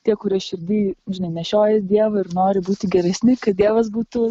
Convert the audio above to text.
tie kurie širdy žinai nešiojas dievą ir nori būti geresni kad dievas būtų